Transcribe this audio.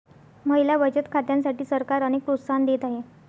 महिला बचत खात्यांसाठी सरकार अनेक प्रोत्साहन देत आहे